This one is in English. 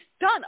done